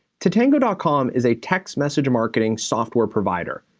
tatango dot com is a text message marketing software provider.